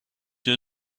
your